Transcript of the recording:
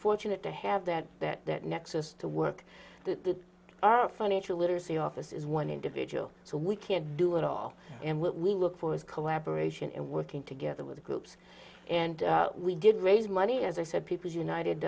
fortunate to have that that that nexus to work the financial literacy office is one individual so we can't do it all and what we look for is collaboration and working together with groups and we did raise money as i said people united